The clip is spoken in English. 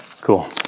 cool